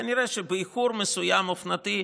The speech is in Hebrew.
כנראה שבאיחור מסוים, אופנתי,